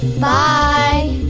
Bye